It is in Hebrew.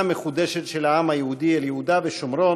המחודשת של העם היהודי אל יהודה ושומרון,